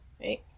right